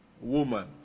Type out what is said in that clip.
woman